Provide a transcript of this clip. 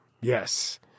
Yes